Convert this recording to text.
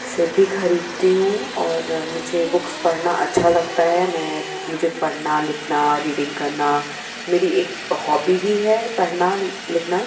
से भी ख़रीदती हूँ और मुझे बुक्स पढ़ना अच्छा लगता है मैं मुझे पढ़ना लिखना रीडिंग करना मेरी एक हॉबी ही है पढ़ना लिखना